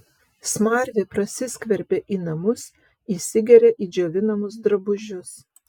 smarvė prasiskverbia į namus įsigeria į džiovinamus drabužius